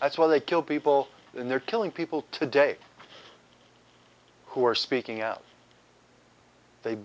that's why they kill people and they're killing people today who are speaking out they